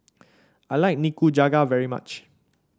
I like Nikujaga very much